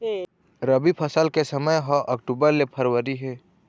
रबी फसल के समय ह अक्टूबर ले फरवरी हे